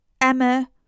Emma